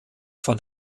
fand